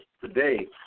today